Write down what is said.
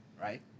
right